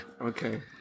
Okay